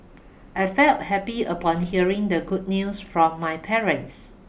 I felt happy upon hearing the good news from my parents